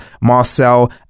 Marcel